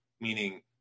meaning